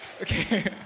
Okay